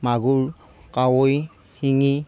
মাগুৰ কাৱৈ শিঙি